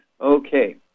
Okay